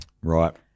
Right